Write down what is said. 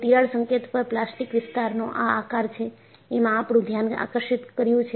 તિરાડ સંકેત પર પ્લાસ્ટિક વિસ્તારનો આ આકાર છે એમાં આપણું ધ્યાન આકર્ષિત કર્યું છે